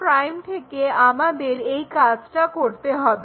b1' থেকে আমাদের এই কাজটা করতে হবে